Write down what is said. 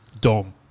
Dom